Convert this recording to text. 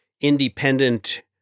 independent